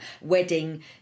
wedding